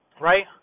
Right